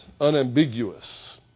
unambiguous